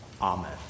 amen